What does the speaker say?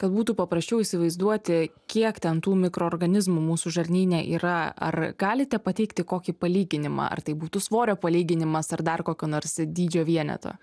kad būtų paprasčiau įsivaizduoti kiek ten tų mikroorganizmų mūsų žarnyne yra ar galite pateikti kokį palyginimą ar tai būtų svorio palyginimas ar dar kokio nors dydžio vieneto